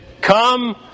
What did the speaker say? come